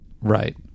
Right